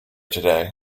today